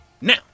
Now